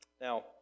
now